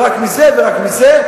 ורק מזה ורק מזה,